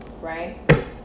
right